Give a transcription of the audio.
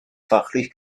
fachlich